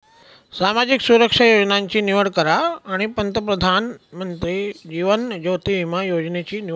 सामाजिक सुरक्षा योजनांची निवड करा आणि प्रधानमंत्री जीवन ज्योति विमा योजनेची निवड करा